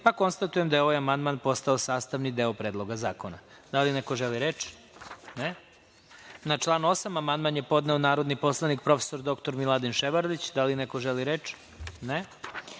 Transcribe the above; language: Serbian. Srbije. Konstatujem da je ovaj amandman postao sastavni deo Predloga zakona. Da li neko želi reč? (Ne.)Na član 8. amandman je podneo narodni poslanik prof. dr Miladin Ševarlić. Da li neko želi reč?